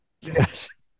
Yes